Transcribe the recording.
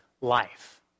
life